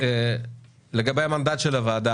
אז לגבי המנדט של הוועדה,